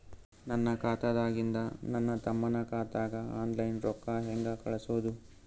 ನನ್ನ ಖಾತಾದಾಗಿಂದ ನನ್ನ ತಮ್ಮನ ಖಾತಾಗ ಆನ್ಲೈನ್ ರೊಕ್ಕ ಹೇಂಗ ಕಳಸೋದು?